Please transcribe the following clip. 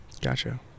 Gotcha